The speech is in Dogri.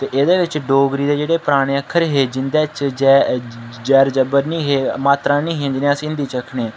एह्दे च डोगरी दे जेह्ड़े परानें आक्खर हे जिं'दे च जैर जबर नि हे मात्रां निं हियां जि'यां अस हिंदी च आखने